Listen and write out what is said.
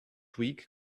week